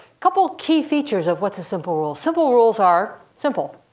couple key features of what's a simple rules. simple rules are simple,